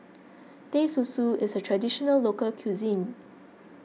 Teh Susu is a Traditional Local Cuisine